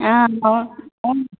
అ